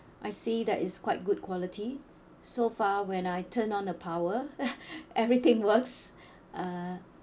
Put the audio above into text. I see that is quite good quality so far when I turn on the power everything works uh